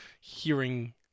hearing